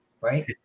Right